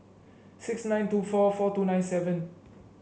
six nine two four four two nine seven